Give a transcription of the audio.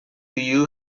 you